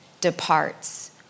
departs